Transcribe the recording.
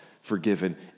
forgiven